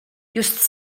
just